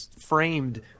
framed